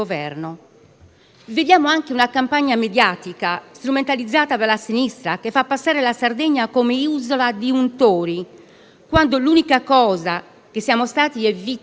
Vediamo anche una campagna mediatica strumentalizzata dalla sinistra, che fa passare la Sardegna come isola di untori, quando l'unica cosa che siamo stati è vittime